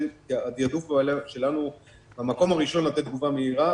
התיעדוף שלנו הוא במקום הראשון לתת תשובה מהירה,